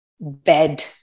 bed